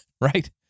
right